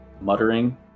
muttering